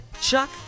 Chuck